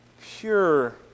pure